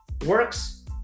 works